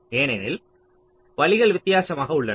ஏனெனில் வழிகள் வித்தியாசமாக உள்ளன